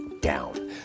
down